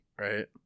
Right